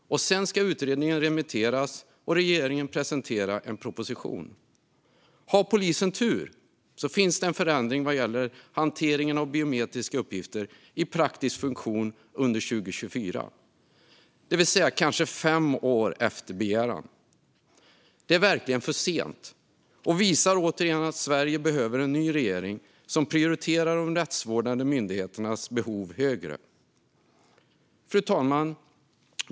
Sedan ska utredningen remitteras och regeringen presentera en proposition. Har polisen tur finns det en förändring vad gäller hanteringen av biometriska uppgifter i praktisk funktion under 2024, det vill säga kanske fem år efter begäran. Det är verkligen för sent och visar återigen att Sverige behöver en ny regering som prioriterar de rättsvårdande myndigheternas behov högre. Fru talman!